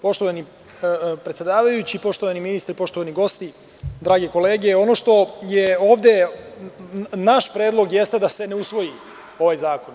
Poštovani predsedavajući, poštovani ministre i poštovani gosti, drage kolege, naš predlog jeste da se ne usvoji ovaj zakon.